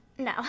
No